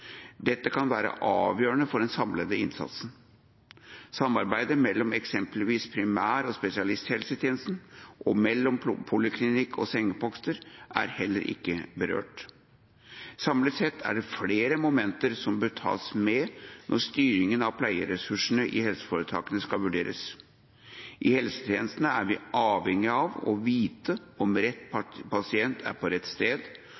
Dette kan være avgjørende for den samlede innsatsen. Samarbeidet mellom eksempelvis primær- og spesialisthelsetjenesten og mellom poliklinikk og sengeposter er heller ikke berørt. Samlet sett er det flere momenter som bør tas med når styringen av pleieressursene i helseforetakene skal vurderes. I helsetjenesten er vi avhengige av å vite om rett pasient er på rett sted,